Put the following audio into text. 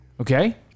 Okay